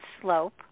slope